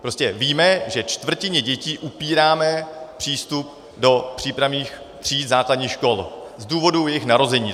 Prostě víme, že čtvrtině dětí upíráme přístup do přípravných tříd základních škol z důvodu jejich narození.